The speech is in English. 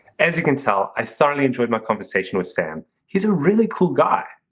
as you can tell, i certainly enjoyed my conversation with sam. he's a really cool guy.